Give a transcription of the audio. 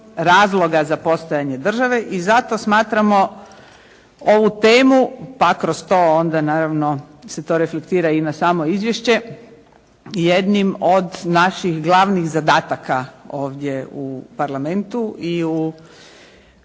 razloga za postojanje države i zato smatramo ovu temu, pa kroz to onda naravno se to reflektira i na samo izvješće jednim od naših glavnih zadataka ovdje u Parlamentu i u